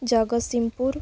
Jagatsinghpur